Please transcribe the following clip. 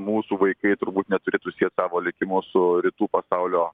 mūsų vaikai turbūt neturėtų siet savo likimo su rytų pasaulio